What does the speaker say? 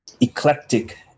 eclectic